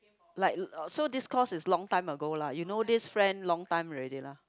like so this course is long time ago lah you know this friend long time already lah